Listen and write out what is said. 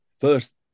first